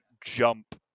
jump